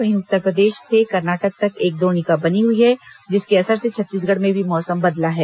वहीं उत्तरप्रदेश से कर्नाटक तक एक द्रोणिका बनी हुई है जिसके असर से छत्तीसगढ़ में भी मौसम बदला है